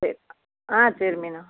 சரி ஆ சரி மீனா